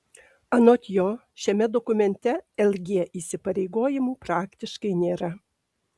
anot jo šiame dokumente lg įsipareigojimų praktiškai nėra